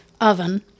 oven